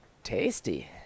tasty